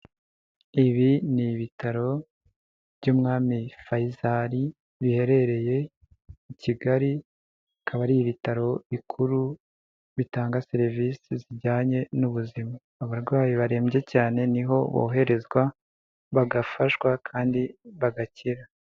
Ibi ni ibitaro by'umwami Fayisali biherereye i Kigali, bikaba ari ibitaro bikuru bitanga serivisi zijyanye n'ubuzima, abarwayi barembye cyane niho boherezwa bagafashwa kandi bagakira.